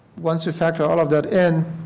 once we factor all of that end,